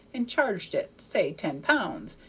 and charged it, say ten pounds,